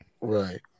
Right